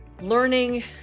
learning